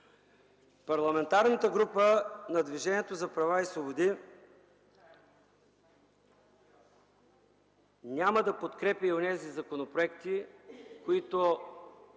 Парламентарната група на Движението за права и свободи няма да подкрепя и онези законопроекти, които